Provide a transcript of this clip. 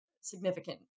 significant